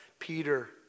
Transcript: Peter